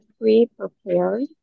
pre-prepared